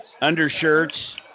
undershirts